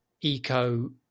eco